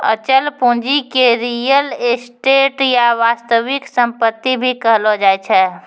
अचल पूंजी के रीयल एस्टेट या वास्तविक सम्पत्ति भी कहलो जाय छै